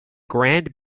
grand